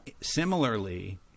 similarly